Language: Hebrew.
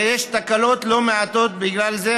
יש תקלות לא מעטות בגלל זה.